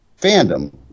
fandom